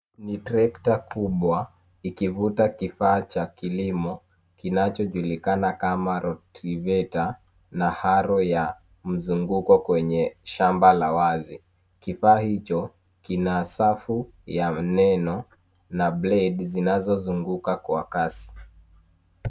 Ni trekta kubwa ikivuta kifaa cha kilimo kinachojulikana kama Rotrevator na haro ya mzunguko kwenye shamba la wazi kifaa hicho kina safu ya neno na bledi zinazozunguka kwa kasi.